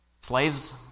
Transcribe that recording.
slaves